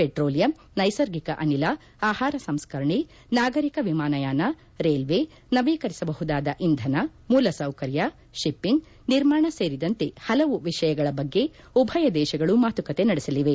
petroleum ನೈಸರ್ಗಿಕ ಅನಿಲ ಆಹಾರ ಸಂಸ್ಕರಣೆ ನಾಗರಿಕ ವಿಮಾನಯಾನ ರ್ಮೆಲ್ಲೆ ನವೀಕರಿಸಬಹುದಾದ ಇಂಧನ ಮೂಲಸೌಕರ್ಯ ಶಿಪ್ಸಿಂಗ್ ನಿರ್ಮಾಣ ಸೇರಿದಂತೆ ಹಲವು ವಿಷಯಗಳ ಬಗ್ಗೆ ಉಭಯ ದೇಶಗಳು ಮಾತುಕತೆ ನಡೆಸಲಿವೆ